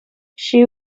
she